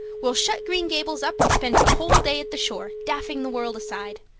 we'll shut green gables up and spend the whole day at the shore, daffing the world aside.